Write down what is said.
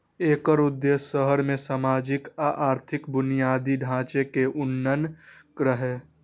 एकर उद्देश्य शहर मे सामाजिक आ आर्थिक बुनियादी ढांचे के उन्नयन रहै